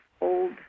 old